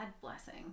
blessing